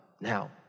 Now